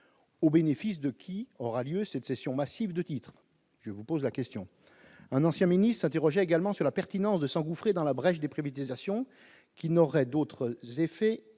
au bénéfice de qui aura lieu cette cession massive de titres, je vous pose la question : un ancien ministre interrogé également sur la pertinence de s'engouffrer dans la brèche déprimé désertion qui n'aurait d'autre effet